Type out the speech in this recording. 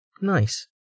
nice